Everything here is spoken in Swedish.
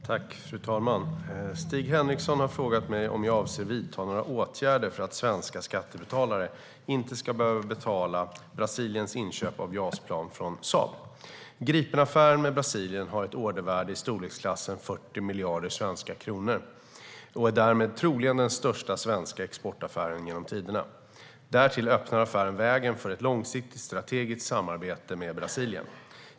Fru talman! Stig Henriksson har frågat mig om jag avser att vidta några åtgärder för att svenska skattebetalare inte ska behöva betala Brasiliens inköp av JAS-plan från Saab. Gripenaffären med Brasilien har ett ordervärde i storleksklassen 40 miljarder svenska kronor och är därmed troligen den största svenska exportaffären genom tiderna. Därtill öppnar affären vägen för ett långsiktigt strategiskt samarbete med Brasilien.